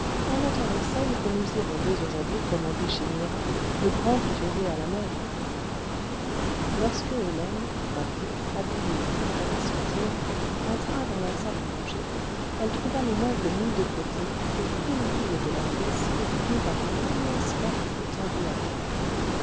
en attendant celles que nous irons dès aujourd'hui commander chez mira le grand couturier à la mode lorsque hélène coiffée habillée et prête à sortir entra dans la salle le vingtième siècle à manger elle trouva les meubles mis de côté et tout le milieu de la pièce occupé par une immense carte étendue à terre